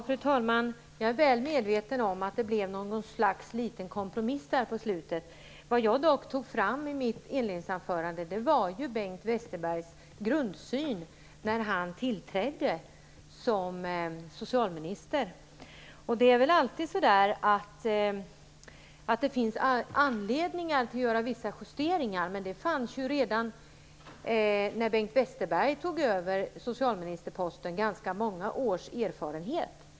Fru talman! Jag är väl medveten om att det blev något slags liten kompromiss på slutet. Vad jag tog fram i mitt inledningsanförande var Bengt Westerbergs grundsyn när han tillträdde som socialminister. Det finns väl alltid anledning att göra vissa justeringar, men det fanns ju redan när Bengt Westerberg tog över socialministerposten ganska många års erfarenhet.